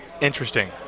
interesting